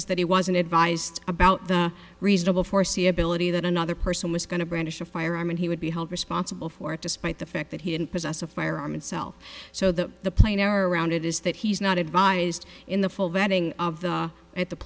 is that he wasn't advised about the reasonable foreseeability that another person was going to brandish a firearm and he would be held responsible for it despite the fact that he didn't possess a firearm itself so that the plane air around it is that he's not advised in the full vetting of the at the